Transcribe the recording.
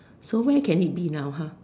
so where can it be now ha